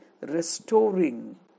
restoring